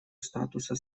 статуса